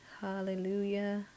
hallelujah